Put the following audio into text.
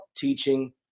teaching